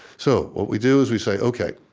so what we do is we say, ok,